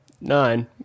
nine